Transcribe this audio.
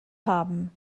haben